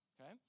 okay